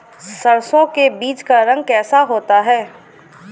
सरसों के बीज का रंग कैसा होता है?